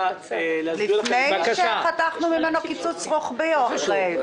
לפני שחתכנו ממנו קיצוץ רוחבי או אחרי?